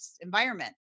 environment